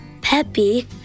Peppy